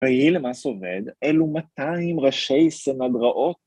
ויהי למס עובד, אלו 200 ראשי סנהדראות.